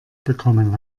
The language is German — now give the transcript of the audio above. bekommen